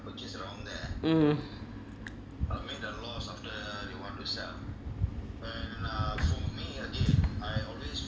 mm